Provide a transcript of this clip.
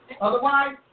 Otherwise